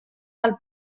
del